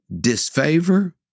disfavor